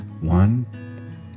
one